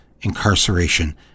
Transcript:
incarceration